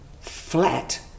flat